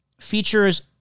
features